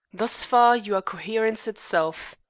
thus far you are coherence itself.